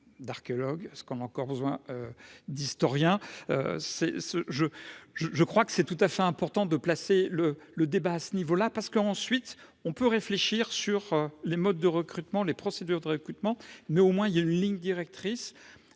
d'archéologue, ce qu'on a encore besoin d'historiens, c'est ce je, je, je crois que c'est tout à fait important de placer le le débat à ce niveau-là, parce qu'ensuite on peut réfléchir sur les modes de recrutement, les procédures de recrutement, mais au moins il y a une ligne directrice